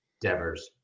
Devers